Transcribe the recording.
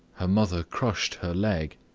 her mother crushed her leg.